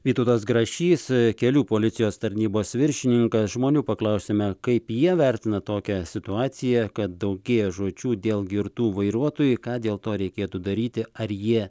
vytautas grašys kelių policijos tarnybos viršininkas žmonių paklausėme kaip jie vertina tokią situaciją kad daugėja žūčių dėl girtų vairuotojų ką dėl to reikėtų daryti ar jie